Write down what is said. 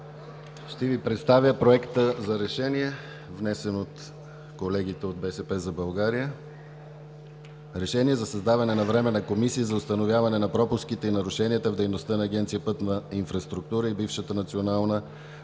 Ще Ви представя Проекта за решение, внесен от колегите от „БСП за България“. „РЕШЕНИЕ за създаване на Временна комисия за установяване на пропуските и нарушенията в дейността на Агенция „Пътна инфраструктура“ и бившата Национална